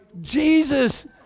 Jesus